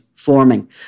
Forming